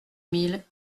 mille